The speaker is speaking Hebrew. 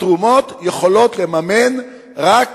התרומות יכולות לממן רק